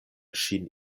ŝin